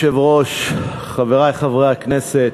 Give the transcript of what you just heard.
אדוני היושב-ראש, חברי חברי הכנסת,